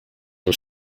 are